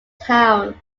town